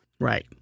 Right